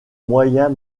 moyens